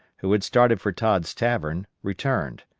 who had started for todd's tavern, returned.